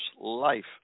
life